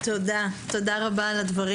תודה על הדברים.